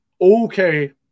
okay